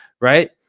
Right